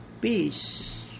peace